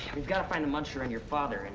we've got to find the muncher and your father and